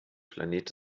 planet